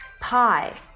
Pie